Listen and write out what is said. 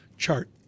Chart